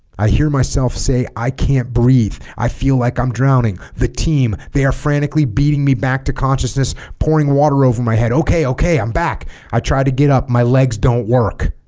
i hear myself say i can't breathe i feel like i'm drowning the team they are frantically beating me back to consciousness pouring water over my head okay okay i'm back i try to get up my legs don't work